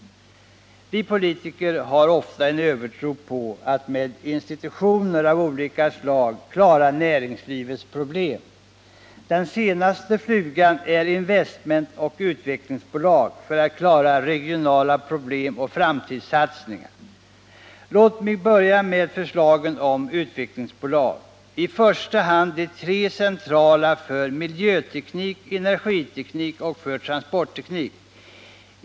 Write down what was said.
Vi politiker har ofta en övertro på möjligheten att med institutioner av olika slag klara näringslivets problem. Den senaste flugan är investmentoch utvecklingsbolag för att klara regionala problem och framtidssatsningar. Låt mig börja med förslagen om utvecklingsbolag, i första hand de tre centrala för miljöteknik, energiteknik och transportteknik.